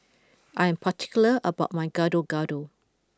I am particular about my Gado Gado